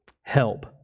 Help